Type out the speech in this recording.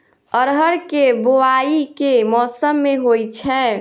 अरहर केँ बोवायी केँ मौसम मे होइ छैय?